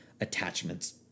attachments